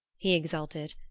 he exulted.